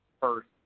first